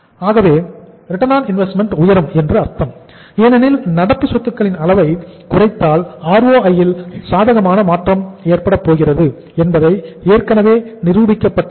ஆகவே ROI உயரும் என்று அர்த்தம் ஏனெனில் நடப்பு சொத்துக்களின் அளவை குறைத்தால் ROI ல் சாதகமான மாற்றம் ஏற்படப் போகிறது என்பது ஏற்கனவே நிரூபிக்கப்பட்ட உண்மை